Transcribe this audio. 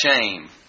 shame